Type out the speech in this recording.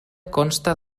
consta